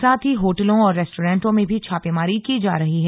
साथ ही होटलों और रेस्टोरेटों में भी छापेमारी की जा रही है